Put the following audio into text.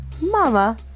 mama